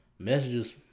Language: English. Messages